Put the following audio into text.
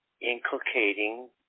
inculcating